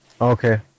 Okay